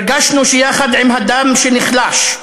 הרגשנו שיחד עם הדם שנחלש,